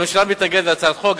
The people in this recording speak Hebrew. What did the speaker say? הממשלה מתנגדת להצעת החוק,